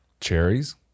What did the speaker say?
cherries